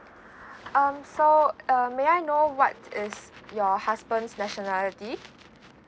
um so um may I know what is your husband's nationality